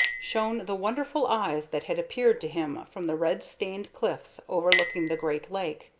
shone the wonderful eyes that had appeared to him from the red-stained cliffs overlooking the great lake.